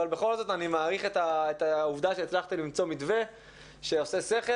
אבל בכל זאת אני מעריך את העובדה שהצלחתם למצוא מתווה שעושה שכל.